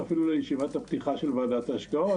אפילו לישיבת הפתיחה של ועדת ההשקעות,